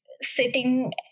sitting